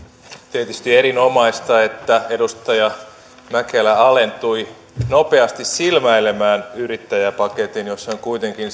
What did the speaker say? tietysti erinomaista että edustaja mäkelä alentui nopeasti silmäilemään yrittäjäpaketin jossa on kuitenkin